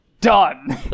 Done